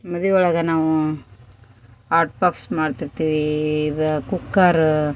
ಮದ್ವೆ ಒಳಗೆ ನಾವು ಹಾಟ್ ಬಾಕ್ಸ್ ಮಾಡ್ತಿರ್ತೀವಿ ಇದು ಕುಕ್ಕರ